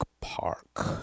Park